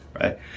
right